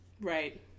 Right